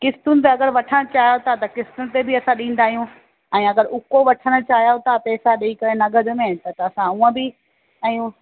क़िस्तुनि ते अगरि वठणु चाहियो था त क़िस्तुनि ते बि असां ॾींदा आहियूं ऐं अगरि उको वठणु चाहियो था पेसा ॾेई करे नगद में त असां ऊअं बि आहियूं